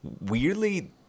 weirdly